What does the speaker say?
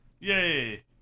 Yay